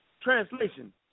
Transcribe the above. Translation